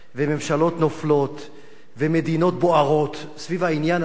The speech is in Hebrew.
ממשלות נופלות ומדינות בוערות סביב העניין הזה,